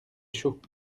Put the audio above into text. chaud